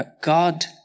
God